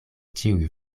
ĉiuj